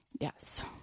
Yes